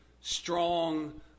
strong